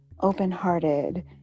open-hearted